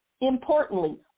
Importantly